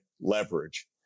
leverage